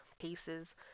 pieces